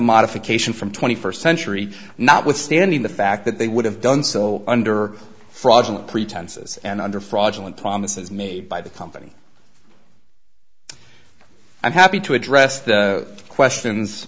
modification from twenty first century notwithstanding the fact that they would have done so under fraudulent pretenses and under fraudulent promises made by the company i'm happy to address the questions